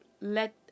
let